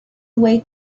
away